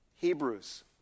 Hebrews